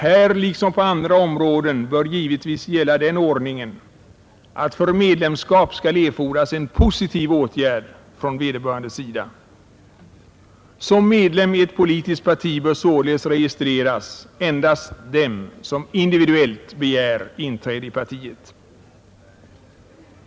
Här liksom på andra områden bör givetvis gälla den ordningen, att för medlemskap skall erfordras en positiv åtgärd från vederbörandes sida. Som medlem i ett politiskt parti bör således registreras endast den som individuellt begär inträde i partiet.